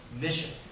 mission